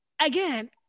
Again